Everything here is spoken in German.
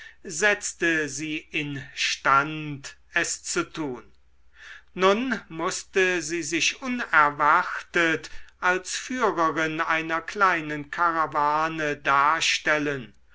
setzte sie instand es zu tun nun mußte sie sich unerwartet als führerin einer kleinen karawane darstellen